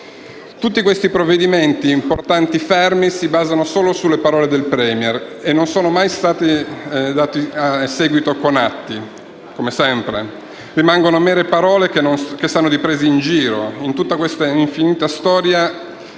Tutti i provvedimenti importanti sono fermi, si basano solo sulle parole del *Premier* e non sono mai stati seguiti da atti, come sempre: rimangono mere parole che sanno di presa in giro. In questa infinita storia,